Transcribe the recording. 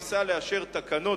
ניסה לאשר תקנות,